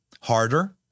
harder